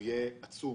יהיה עצום.